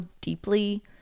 deeply